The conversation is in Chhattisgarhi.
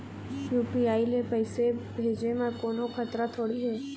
यू.पी.आई ले पैसे भेजे म कोन्हो खतरा थोड़ी हे?